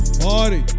party